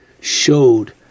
showed